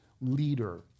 leader